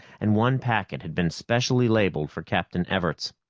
and one packet had been specially labeled for captain everts.